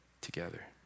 together